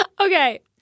Okay